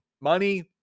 money